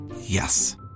Yes